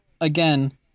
again